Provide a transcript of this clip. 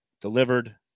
delivered